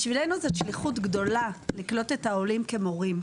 בשבילנו זו שליחות גדולה לקלוט את העולים כמורים.